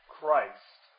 Christ